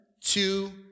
two